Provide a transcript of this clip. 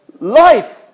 life